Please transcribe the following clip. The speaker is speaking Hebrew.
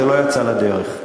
זה לא יצא לדרך.